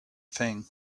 thing